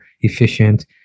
efficient